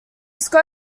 score